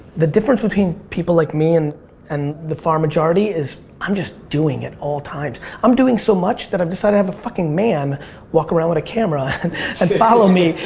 the difference between people like me and and the far majority is i'm just doing at all times. i'm doing so much that i've decided to have a fucking man walk around with a camera and and and follow me,